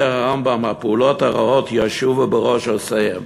אומר הרמב"ם: "הפעולות הרעות ישובו בראש עושיהן".